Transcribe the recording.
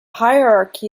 hierarchy